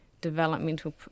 developmental